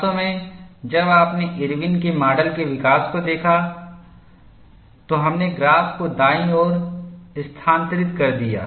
वास्तव में जब आपने इरविनIrwin's के माडल के विकास को देखा तो हमने ग्राफ को दाईं ओर स्थानांतरित कर दिया